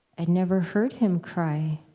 i'd never heard him cry,